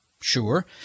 sure